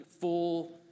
full